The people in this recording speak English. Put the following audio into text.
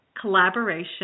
collaboration